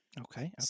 Okay